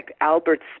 Albert